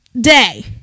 day